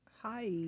Hi